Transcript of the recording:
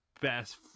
best